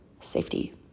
safety